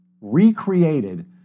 recreated